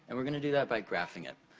and we're gonna do that by graphing it.